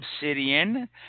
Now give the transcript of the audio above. Obsidian